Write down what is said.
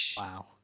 wow